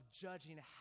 judging